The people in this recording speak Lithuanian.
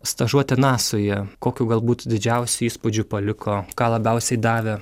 stažuotė nasoje kokių galbūt didžiausių įspūdžių paliko ką labiausiai davė